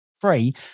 free